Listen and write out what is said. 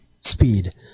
speed